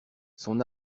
son